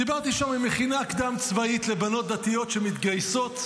דיברתי שם במכינה קדם-צבאית לבנות דתיות שמתגייסות,